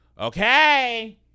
Okay